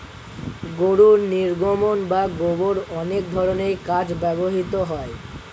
গরুর নির্গমন বা গোবর অনেক ধরনের কাজে ব্যবহৃত হয়